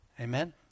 Amen